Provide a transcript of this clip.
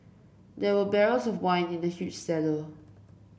there were barrels of wine in the huge cellar